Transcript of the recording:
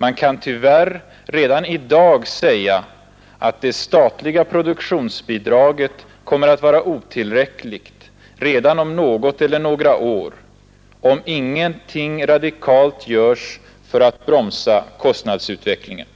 Man kan tyvärr redan i dag säga att det statliga produktionsbidraget kommer att vara otilllräckligt redan om något eller några år, om ingenting radikalt görs för att bromsa kostnadsutvecklingen.